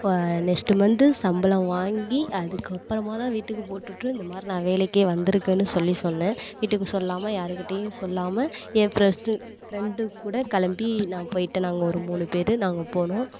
next month சம்பளம் வாங்கி அதற்கப்பறமாதான் வீட்டுக்கு போட்டுவிட்டு இந்தமாதிரி நான் வேலைக்கே வந்துருக்கேன்னு சொல்லி சொன்னேன் வீட்டுக்கு சொல்லாமல் யாருகிட்டையும் சொல்லாமல் என் பெஸ்ட்டு ஃப்ரெண்டுக்கூட கிளம்பி நான் போயிவிட்டேன் நாங்கள் ஒரு மூணு பேர் நாங்கள் போனோம்